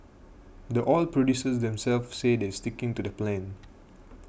the oil producers themselves say they're sticking to the plan